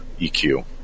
EQ